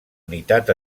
unitat